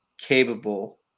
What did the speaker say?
capable